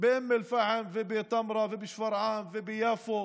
באום אל-פחם ובטמרה ובשפרעם וביפו